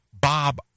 Bob